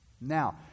Now